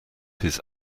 his